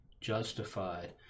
justified